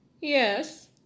yes